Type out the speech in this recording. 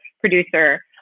producer